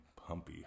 pumpy